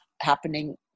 happening